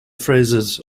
phrases